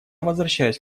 возвращаюсь